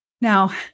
Now